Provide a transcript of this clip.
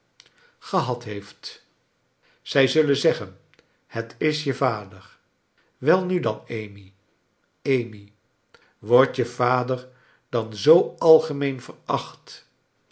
gehad heeft zij zullen zeggen let is je vader welnu dan amy amy wordt je vader dan zoo algemeen veracht